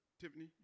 Tiffany